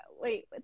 Wait